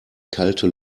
kalte